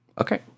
Okay